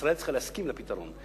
שישראל צריכה להסכים לפתרון.